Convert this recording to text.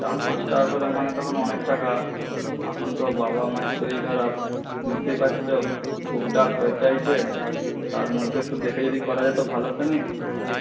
চার পাঁচ টাকা করে মানে তো এখন অনেক টাকা এখন তো বাবা মায়ের শরীর খারাপ বুঝতেই পারছ বহু টাকা খরচা হয়েছে তার মধ্যে দেখে যদি করা যেত ভালো হতো না